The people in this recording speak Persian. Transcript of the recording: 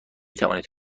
توانید